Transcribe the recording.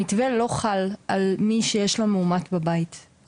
המתווה לא חל על מי שיש לו מאומת בבית,